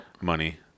money